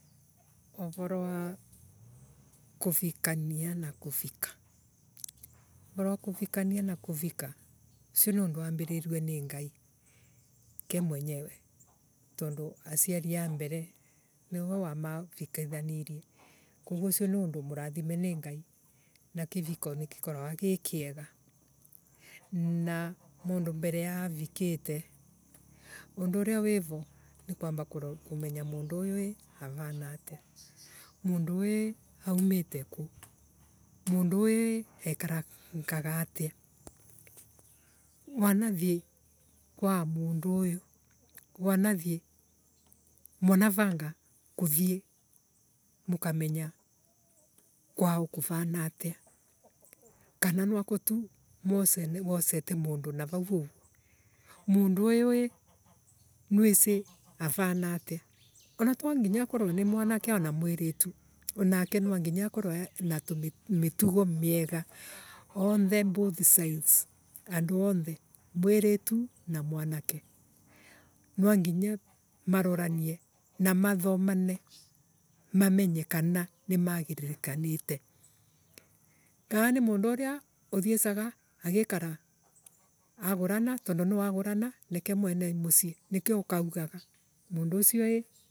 Uvorowa kuvikania na kuvika. Uvoro wa kuvikania na kuvika ucio ni uvoro wambiririo ni ngai. Ke mwenyewe tondu aciari a mbere niwe wamavikitahni rie koguo ucio ni undu mu rathime ni ngai na kiviko nigikoraguo gi kiega na mundu mbere ya avikiite. undu uria wi vo. ni kwneda kumenya mundu uyu ii avana atia Mundu uyu ii aumite kuu Mundu uyu ii ekarangaga atia Wanathie kwa mundu uyu Wanathie mwanaranga kuthie mukamenya kwao kuvana atia kana nwakkwa tu mwase Wosete mundu navau uguo Mundu uyu ii niwisi avana atia Ona twanginya akonwe ni mwanake ana mwiritu. Anake nwanginya akorwe ena tumitugo miega onthe both side. Andu onthe mwiriitu na mwanake nwanginyamaroranie na mathomane mumenye kana nimagiririkanite. Kaa ni mundu uria uthiecaga agikara agurana tondu niagurana nike mwene mucii nike ukaugaga mundu ucio ii.